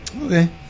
Okay